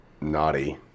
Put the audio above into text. naughty